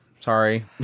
Sorry